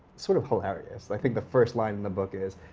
sort of hilarious. i think the first line in the book is,